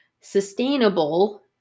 sustainable